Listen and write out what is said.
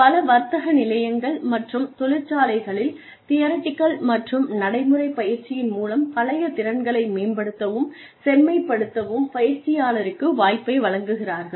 பல வர்த்தக நிலையங்கள் மற்றும் தொழிற்சாலைகளில் தியரிடிகல் மற்றும் நடைமுறை பயிற்சியின் மூலம் பழைய திறன்களை மேம்படுத்தவும் செம்மைப்படுத்தவும் பயிற்சியாளருக்கு வாய்ப்பை வழங்குகிறார்கள்